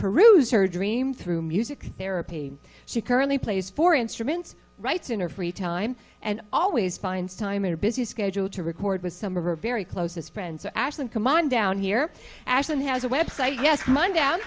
peruse her dream through music therapy she currently plays for instruments writes in her free time and always finds time in a busy schedule to record with some of her very closest friends actually come on down here ashley has a website yes i'm down